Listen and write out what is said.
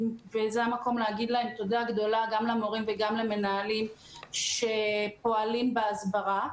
זה המקום לומר תודה גדולה גם למורים וגם למנהלים שפועלים בהסברה.